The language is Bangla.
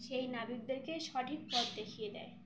সেই নাবিকদেরকে সঠিক পথ দেখিয়ে দেয়